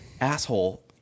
asshole